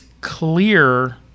clear